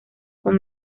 con